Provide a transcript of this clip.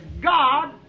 God